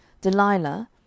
Delilah